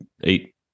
eight